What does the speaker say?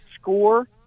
score